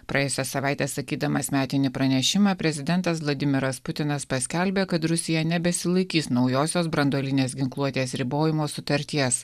praėjusią savaitę sakydamas metinį pranešimą prezidentas vladimiras putinas paskelbė kad rusija nebesilaikys naujosios branduolinės ginkluotės ribojimo sutarties